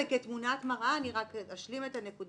אני רק אשלים את הנקודה.